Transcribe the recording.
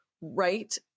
right